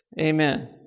Amen